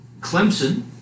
Clemson